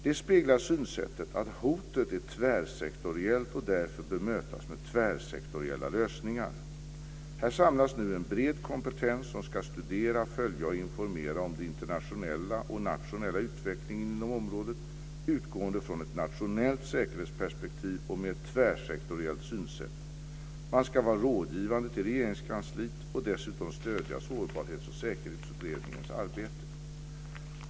Det speglar synsättet att hotet är tvärsektoriellt och därför bör mötas med tvärsektoriella lösningar. Här samlas nu en bred kompetens som ska studera, följa och informera om den internationella och nationella utvecklingen inom området utgående från ett nationellt säkerhetsperspektiv och ett tvärsektoriellt synsätt. Man ska vara rådgivande till Regeringskansliet och dessutom stödja Sårbarhets och säkerhetsutredningens arbete.